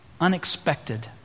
unexpected